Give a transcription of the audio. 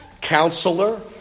Counselor